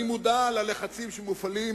אני מודע ללחצים שמופעלים